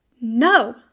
No